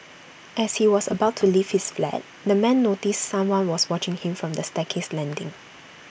as he was about to leave his flat the man noticed someone was watching him from the staircase landing